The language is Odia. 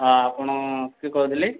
ହଁ ଆପଣ କିଏ କହୁିଥିଲେ